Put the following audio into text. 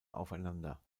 aufeinander